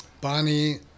Bonnie